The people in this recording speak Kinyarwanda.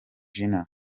jenner